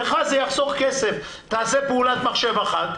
לך זה יחסוך כסף כי תעשה פעולת מחשב אחת.